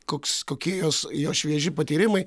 koks kokie jos jo švieži patyrimai